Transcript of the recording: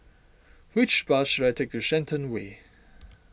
which bus should I take to Shenton Way